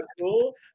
cool